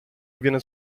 avviene